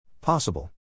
Possible